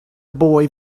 boy